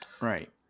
Right